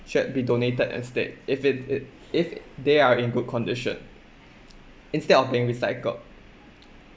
should be donated instead if in it if they are in good condition instead of being recycled